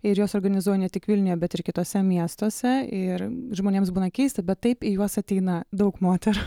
ir juos suorganizuoju ne tik vilniuje bet ir kituose miestuose ir žmonėms būna keista bet taip į juos ateina daug moterų